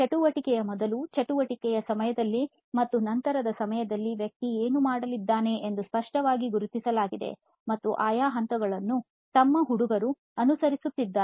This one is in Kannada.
ಚಟುವಟಿಕೆಯ ಮೊದಲು ಚಟುವಟಿಕೆಯ ಸಮಯದಲ್ಲಿ ಮತ್ತು ನಂತರ ಸಮಯದಲ್ಲಿ ವ್ಯಕ್ತಿಯು ಏನು ಮಾಡಲಿದ್ದಾನೆ ಎಂದು ಸ್ಪಷ್ಟವಾಗಿ ಗುರುತಿಸಲಾಗಿದೆ ಮತ್ತು ಆಯಾ ಹಂತಗಳನ್ನು ನಮ್ಮ ಹುಡುಗರು ಅನುಸರಿಸಿದ್ದಾರೆ